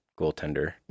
goaltender